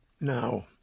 Now